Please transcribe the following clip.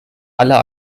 aller